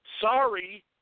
Sorry